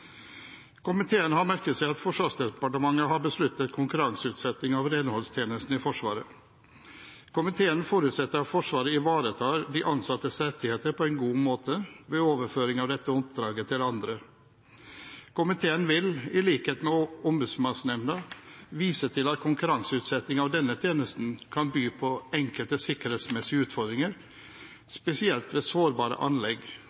Komiteen har merket seg at Forsvarsdepartementet har besluttet konkurranseutsetting av renholdstjenesten i Forsvaret. Komiteen forutsetter at Forsvaret ivaretar de ansattes rettigheter på en god måte ved overføring av dette oppdraget til andre. Komiteen vil, i likhet med Ombudsmannsnemnda, vise til at konkurranseutsetting av denne tjenesten kan by på enkelte sikkerhetsmessige utfordringer, spesielt ved sårbare anlegg.